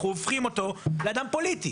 אנחנו הופכים אותו לאדם פוליטי.